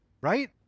Right